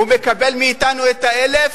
הוא מקבל מאתנו את ה-1,000.